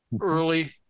early